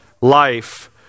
life